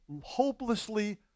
hopelessly